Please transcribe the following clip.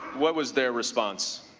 what was their response?